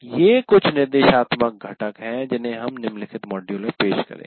ये कुछ निर्देशात्मक घटक हैं जिन्हें हम निम्नलिखित मॉड्यूल में पेश करेंगे